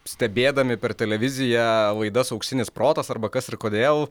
stebėdami per televiziją laidas auksinis protas arba kas ir kodėl